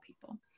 people